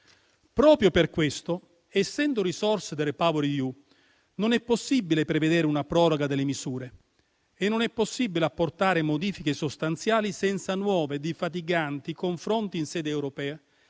Proprio per questo, essendo risorse del REPowerEU, non è possibile prevedere una proroga delle misure e non è possibile apportare modifiche sostanziali senza nuovi e defatiganti confronti in sede europea